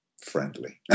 friendly